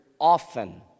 often